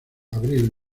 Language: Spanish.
abril